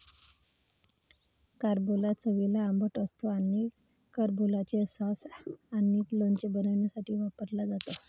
carambola चवीला आंबट असतो आणि कॅरंबोलाचे सॉस आणि लोणचे बनवण्यासाठी वापरला जातो